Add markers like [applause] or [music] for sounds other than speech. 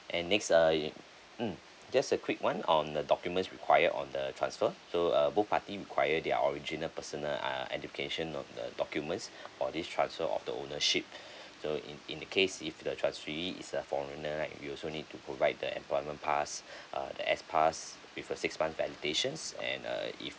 and next err mm just a quick one on the documents required on the transfer so uh both party require their original person uh education of the documents [breath] for this transfer of the ownership [breath] so in in the case if the transferee is a foreigner right you also need to provide the employment pass [breath] uh pass with a six month validation and err if